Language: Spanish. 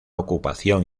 ocupación